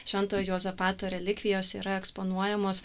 šventojo juozapato relikvijos yra eksponuojamos